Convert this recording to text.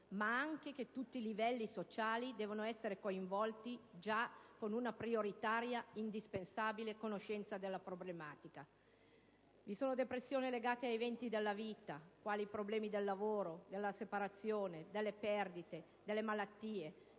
ma anche che tutti i livelli sociali devono essere coinvolti con una prioritaria e indispensabile conoscenza della problematica. Vi sono depressioni legate a eventi della vita: quali i problemi del lavoro, la separazione, le perdite, le malattie.